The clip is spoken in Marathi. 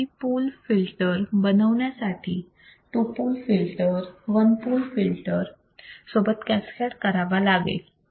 थ्री पोल्स फिल्टर बनवण्यासाठी two pole filter one pole filter सोबत कॅसकॅड करावा लागेल